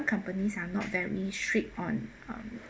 companies are not very strict on um